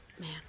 man